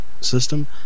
system